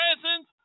presence